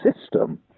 system